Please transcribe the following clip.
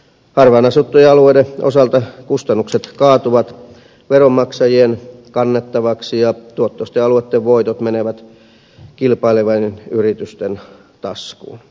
harvaanasuttujen alueiden osalta kustannukset kaatuvat veronmaksajien kannettavaksi ja tuottoisten alueitten voitot menevät kilpailevien yritysten taskuun